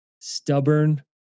stubborn